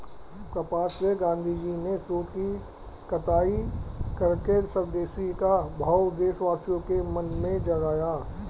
कपास से गाँधीजी ने सूत की कताई करके स्वदेशी का भाव देशवासियों के मन में जगाया